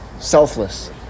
selfless